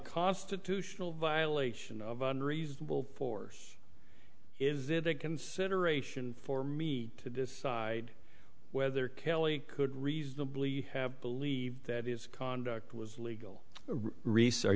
constitutional violation of unreasonable force is that a consideration for me to decide whether kelly could reasonably have believed that his conduct was legal